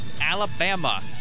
alabama